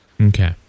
Okay